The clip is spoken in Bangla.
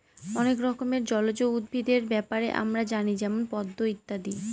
অনেক রকমের জলজ উদ্ভিদের ব্যাপারে আমরা জানি যেমন পদ্ম ইত্যাদি